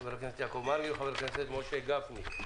חבר הכנסת יעקב מרגי וחבר הכנסת משה גפני.